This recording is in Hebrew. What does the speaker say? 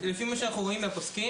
לפי מה שאנחנו רואים מהפוסקים,